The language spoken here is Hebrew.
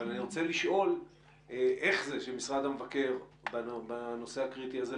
אבל אני רוצה לשאול איך זה שמשרד המבקר בנושא הקריטי הזה,